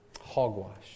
Hogwash